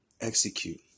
execute